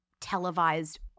televised